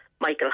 Michael